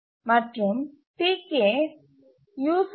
maximum மாகும்